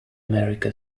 america